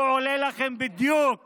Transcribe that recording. הוא עולה לכם בדיוק